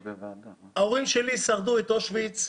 ההורים שלי שרדו את אושוויץ,